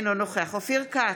אינו נוכח אופיר כץ,